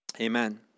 Amen